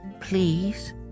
Please